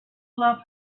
love